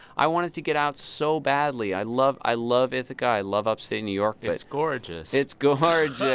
i wanted to get out so badly. i love i love ithaca. i love upstate new york but it's gorgeous it's gorgeous